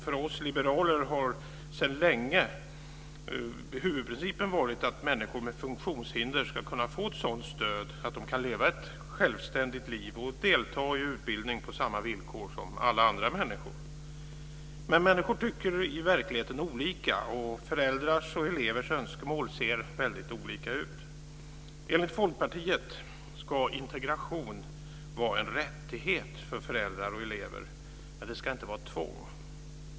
För oss liberaler har sedan länge huvudprincipen varit att människor med funktionshinder ska kunna få ett sådant stöd att de kan leva ett självständigt liv och delta i utbildning på samma villkor som alla andra människor. Men människor tycker i verkligheten olika, och föräldrars och elevers önskemål ser väldigt olika ut. Enligt Folkpartiet ska integration vara en rättighet för föräldrar och elever, men det ska inte vara ett tvång.